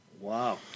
Wow